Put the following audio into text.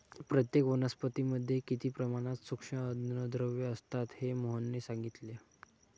प्रत्येक वनस्पतीमध्ये किती प्रमाणात सूक्ष्म अन्नद्रव्ये असतात हे मोहनने सांगितले